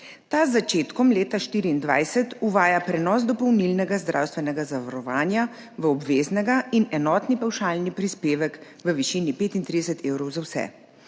Ta z začetkom leta 2024 uvaja prenos dopolnilnega zdravstvenega zavarovanja v obveznega in enotni pavšalni prispevek v višini 35 evrov za vse.